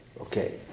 Okay